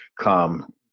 come